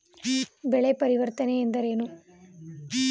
ಬೆಳೆ ಪರಿವರ್ತನೆ ಎಂದರೇನು?